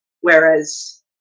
Whereas